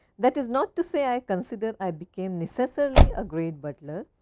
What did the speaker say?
that is not to say i consider. i became necessarily a great butler.